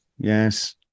yes